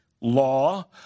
law